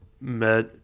met